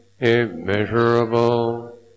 immeasurable